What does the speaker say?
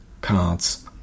cards